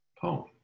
poem